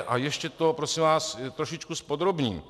A ještě to prosím vás trošičku zpodrobním.